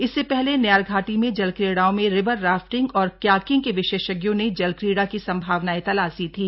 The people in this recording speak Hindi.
इससे पहले नयारघाटी में जल क्रीड़ाओं में रिवर राफ्टिंग और क्याकिंग के विशेषज्ञों ने जल क्रीड़ा की संभावनाएं तलाशी थी